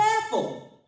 careful